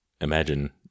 imagine